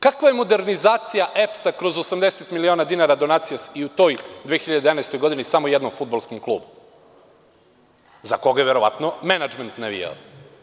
Kakva je modernizacija EPS kroz 80 miliona dinara donacije i u toj 2011. godini samo jednom fudbalskom klubu, za kog je verovatno menadžment navijao.